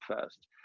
first